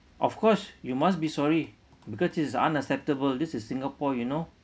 of course you must be sorry because this is unacceptable this is singapore you know